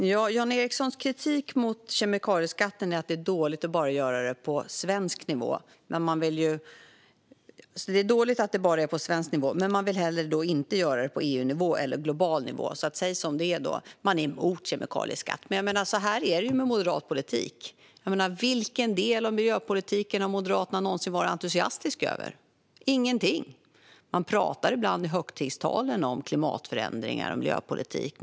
Fru talman! Jan Ericsons kritik mot kemikalieskatten är att det är dåligt att det bara sker på svensk nivå. Men man vill inte heller göra det på EU-nivå eller global nivå. Säg då som det är, Jan Ericson! Ni är emot en kemikalieskatt. På det sättet är det med moderat politik. Vilken del av miljöpolitiken har Moderaterna någonsin varit entusiastisk över? Ingen. I högtidstalen talar man ibland om klimatförändringar och miljöpolitik.